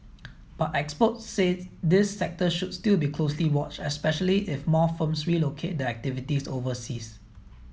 but experts said this sector should still be closely watched especially if more firms relocate their activities overseas